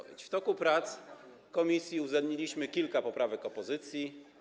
W toku prac komisji uwzględniliśmy kilka poprawek opozycji.